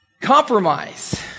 Compromise